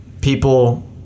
people